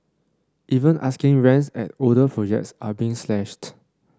even asking rents at older projects are being slashed